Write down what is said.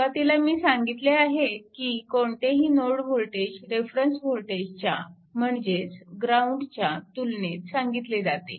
सुरवातीला मी सांगितले आहे की कोणतेही नोड वोल्टेज रेफरन्स नोड च्या म्हणजेच ग्राउंड च्या तुलनेत सांगितले जाते